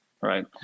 right